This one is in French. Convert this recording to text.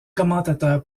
commentateur